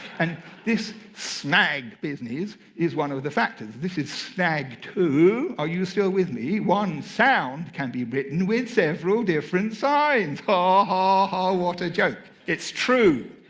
and this snag business is one of the factors. this is snag two. are you still with me? one sound can be written with several different signs. ha-ha-ha, ah what a joke. it's true.